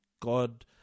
god